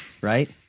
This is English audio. right